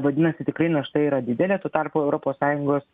vadinasi tikrai našta yra didelė tuo tarpu europos sąjungos